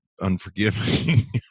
unforgiving